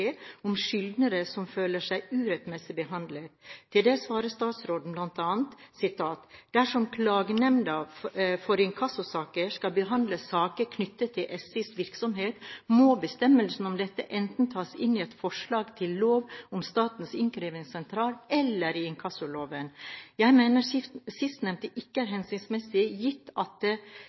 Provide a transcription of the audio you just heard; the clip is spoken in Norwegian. om skyldnere som føler seg urettmessig behandlet. Til det svarer statsråden bl.a.: «Dersom klagenemnda for inkassosaker skal behandle saker knyttet til SIs virksomhet, må bestemmelser om dette enten tas inn i forslaget til lov om Statens innkrevingssentral eller i inkassoloven. Jeg mener sistnevnte ikke er hensiktsmessig gitt at